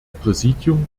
präsidium